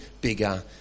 bigger